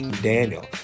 Daniel